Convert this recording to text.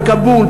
בכאבול,